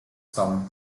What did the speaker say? tom